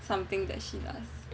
something that she does